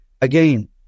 again